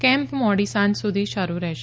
camp મોડી સાંજ સુધી શરૂ રહેશે